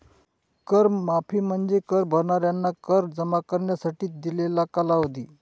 कर माफी म्हणजे कर भरणाऱ्यांना कर जमा करण्यासाठी दिलेला कालावधी